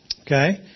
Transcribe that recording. Okay